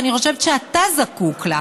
אני חושבת שאתה זקוק לה.